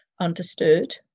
understood